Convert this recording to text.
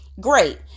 great